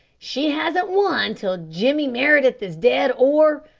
she hasn't won till jimmy meredith is dead or